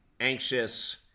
anxious